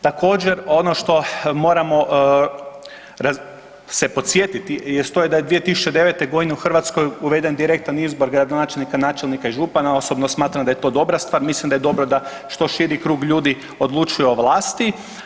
Također ono što moramo se podsjetiti jest da je 2009.g. u Hrvatskoj uveden direktan izbor gradonačelnika, načelnika i župana, osobno smatram da je to dobra stvar, mislim da je dobro da što širi krug ljudi odlučuje o vlasti.